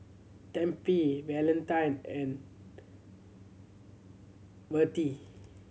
Tempie Valentine and Vertie